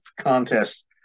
contest